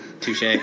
Touche